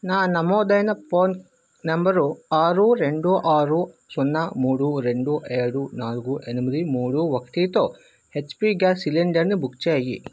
నా నమోదైన phone number ఆరు రెండు ఆరు సున్నా మూడు రెండు ఏడు నాలుగు ఎనిమిది మూడు ఒకటి తో హెచ్పి గ్యాస్ సిలిండర్ ని బుక్ చేయి